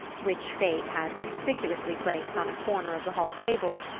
which fate had conspicuously placed on a corner of the hall table,